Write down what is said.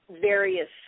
various